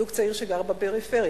זוג צעיר שגר בפריפריה,